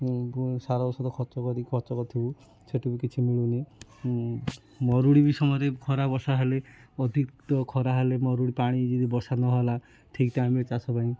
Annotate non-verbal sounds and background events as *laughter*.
ସାର *unintelligible* ଖର୍ଚ୍ଚ କରିଥିବୁ ସେଠୁ ବି କିଛି ମିଳୁନି ମରୁଡ଼ି ବି ସମୟରେ ଖରା ବର୍ଷା ହେଲେ ଅଧିକ ଖରା ହେଲେ ମରୁଡ଼ି ପାଣି ଯଦି ବର୍ଷା ନହେଲା ଠିକ୍ ଟାଇମ୍ରେ ଚାଷ ପାଇଁ